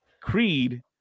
Creed